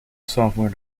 software